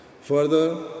Further